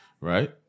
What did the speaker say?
right